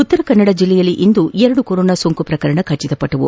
ಉತ್ತರಕನ್ನಡ ಜಿಲ್ಲೆಯಲ್ಲಿ ಇಂದು ಎರಡು ಕೊರೊನಾ ಸೋಂಕು ಪ್ರಕರಣ ದೃಢಪಟ್ಟದೆ